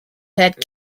had